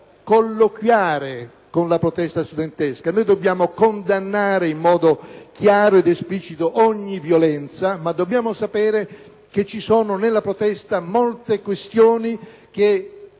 che dobbiamo colloquiare con la protesta studentesca, dobbiamo condannare in modo chiaro ed esplicito ogni violenza, ma dobbiamo sapere che nella protesta ci sono molte questioni che